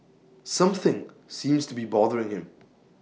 something seems to be bothering him